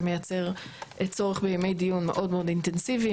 זה מייצר צורך בימי דיון מאוד אינטנסיביים.